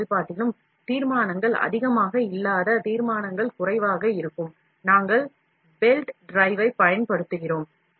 M செயல்பாட்டிலும் தீர்மானங்கள் அதிகமாக இல்லாத தீர்மானங்கள் குறைவாக இருக்கும் நாங்கள் பெல்ட் டிரைவைப் பயன்படுத்துகிறோம்